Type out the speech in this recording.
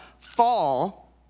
fall